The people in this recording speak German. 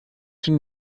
schon